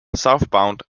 southbound